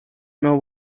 know